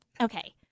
Okay